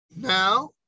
now